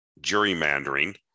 gerrymandering